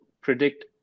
predict